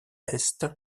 est